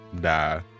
die